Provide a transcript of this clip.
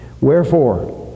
Wherefore